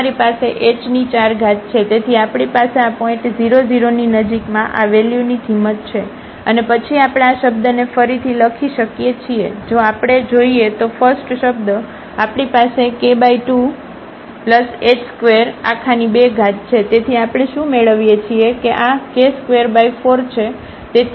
તેથી આપણી પાસે આ પોઇન્ટ 00 ની નજીકમાં આ વેલ્યુની કિંમત છે અને પછી આપણે આ શબ્દને ફરીથી લખી શકીએ છીએ જો આપણે જોઈએ તો ફસ્ટશબ્દ તેથી આપણી પાસેk2h22 છે તેથી આપણે શું મેળવીએ છીએ કે k24